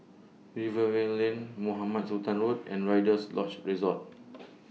Rivervale Lane Mohamed Sultan Road and Rider's Lodge Resort